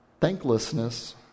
Thanklessness